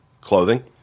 clothing